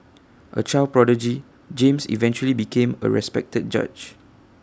A child prodigy James eventually became A respected judge